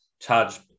charge